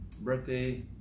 Birthday